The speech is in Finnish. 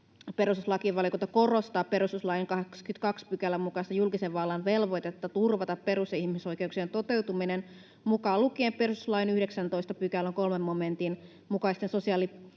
”perustuslakivaliokunta korostaa perustuslain 22 §:n mukaista julkisen vallan velvoitetta turvata perus- ja ihmisoikeuksien toteutuminen mukaan lukien perustuslain 19 §:n 3 momentin mukaisten sosiaalisten